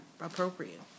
appropriate